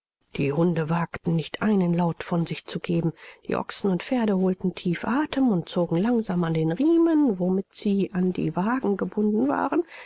die hunde wagten nicht einen laut von sich zu geben die ochsen und pferde holten tief athem und zogen langsam an den riemen womit sie an die wagen gebunden waren